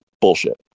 Bullshit